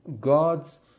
god's